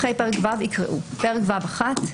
אחרי פרק ו' יקראו: "פרק ו'1: